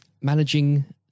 managing